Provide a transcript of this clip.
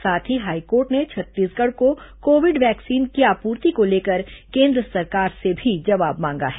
साथ ही हाईकोर्ट ने छत्तीसगढ़ को कोविड वैक्सीन की आपूर्ति को लेकर केन्द्र सरकार से भी जवाब मांगा है